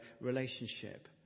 relationship